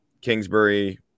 Kingsbury